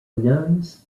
nuns